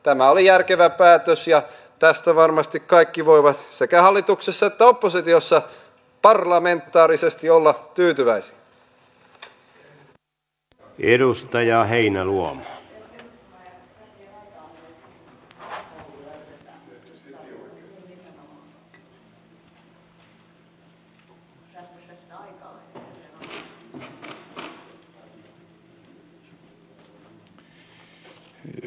tämä oli järkevä päätös ja tästä varmasti kaikki voivat sekä hallituksessa että oppositiossa parlamentaarisesti olla tyytyväisiä